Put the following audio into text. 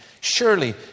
Surely